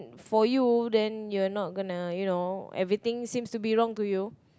for you then you're not gonna you know everything seems to be wrong to you